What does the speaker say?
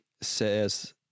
says